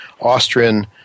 Austrian